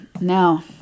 Now